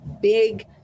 big